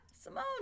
Simone